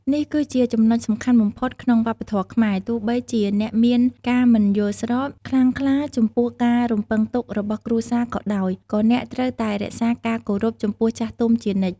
នេះគឺជាចំណុចសំខាន់បំផុតក្នុងវប្បធម៌ខ្មែរ ទោះបីជាអ្នកមាន ការមិនយល់ស្រប ខ្លាំងក្លាចំពោះការរំពឹងទុករបស់គ្រួសារក៏ដោយ ក៏អ្នក ត្រូវតែរក្សាការគោរពចំពោះចាស់ទុំជានិច្ច។